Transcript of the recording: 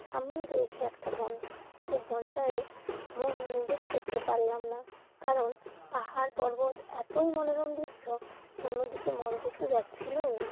সামনেই রয়েছে একটা বন সেই বনটায়েও মনোনিবেশ করতে পারলাম না কারণ পাহাড় পর্বত এতই মনোরম দৃশ্য অন্য দিকে মন কিছু যাচ্ছিলোই না